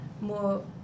more